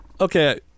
Okay